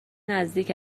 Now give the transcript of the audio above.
نزدیک